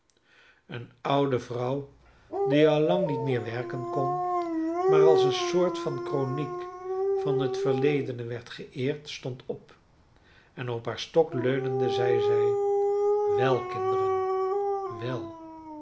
eene oude vrouw die al lang niet meer werken kon maar als eene soort van kroniek van het verledene werd geëerd stond op en op haar stok leunende zeide zij wel kinderen wel